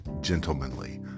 gentlemanly